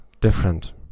different